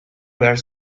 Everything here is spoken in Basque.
behar